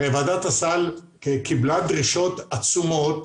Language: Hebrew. הרי ועדת הסל קיבלה דרישות עצומות,